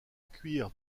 cuir